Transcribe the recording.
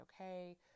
okay